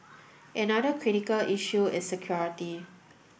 another critical issue is security